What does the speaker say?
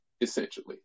essentially